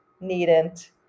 needn't